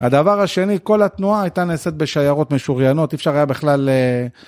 הדבר השני, כל התנועה הייתה נעשית בשיירות משוריינות, אי אפשר היה בכלל...